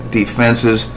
defenses